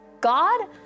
God